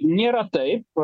nėra taip